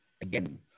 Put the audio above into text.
again